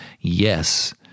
yes